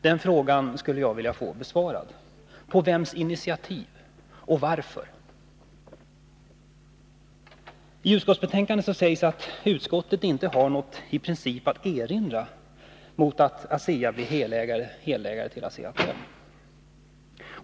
Den frågan skulle jag vilja få besvarad — på vems initiativ och varför? I utskottsbetänkandet sägs det att utskottet i princip inte har något att erinra mot att Asea-Atom blir helägt dotterbolag till ASEA.